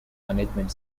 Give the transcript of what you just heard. management